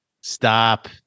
Stop